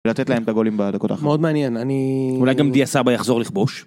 לתת להם בגולים בדקות אחרונות. מאוד מעניין, אני ... אולי גם דיע סבא יחזור לכבוש.